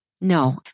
No